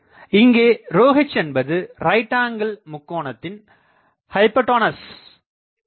இங்கே hஎன்பது right angle முக்கோணத்தின் ஹைப்போடனஸ்ஆகும்